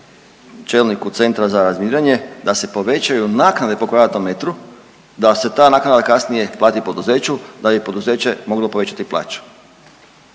čelniku Centra za razminiranje da se povećaju naknade po kvadratnom metru, da se ta naknada kasnije plati poduzeću da bi poduzeće moglo povećati plaću.